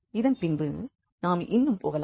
இதன்பின்பு நாம் இன்னும் போகலாம்